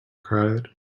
cried